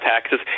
taxes